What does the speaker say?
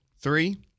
Three